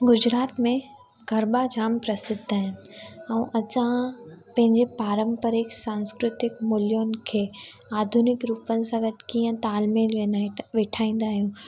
गुजरात में गरबा जाम प्रसिद्ध आहिनि ऐं असां पंहिंजे पारंपरिक सांस्कृतिक मूल्यनि खे आधुनिक रूपनि सां गॾु कीअं तालमेल वेनाई था वेठाईंदा आहियूं